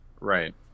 Right